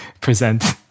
present